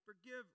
forgive